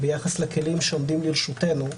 ביחס לכלים שעומדים לרשותנו,